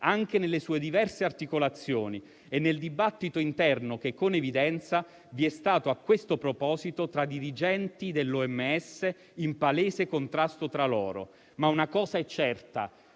anche nelle sue diverse articolazioni e nel dibattito interno che con evidenza vi è stato a questo proposito tra dirigenti dell'OMS in palese contrasto tra loro. Ma una cosa è certa: